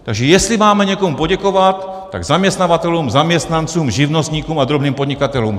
Takže jestli máme někomu poděkovat, tak zaměstnavatelům, zaměstnancům, živnostníkům a drobným podnikatelům.